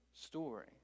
story